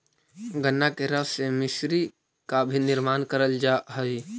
गन्ना के रस से मिश्री का भी निर्माण करल जा हई